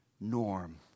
norm